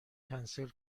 کنسل